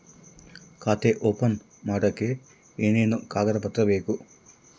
ಖಾತೆ ಓಪನ್ ಮಾಡಕ್ಕೆ ಏನೇನು ಕಾಗದ ಪತ್ರ ಬೇಕು?